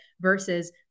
versus